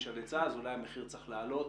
על היצע ואז אולי המחיר צריך לעלות